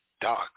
dark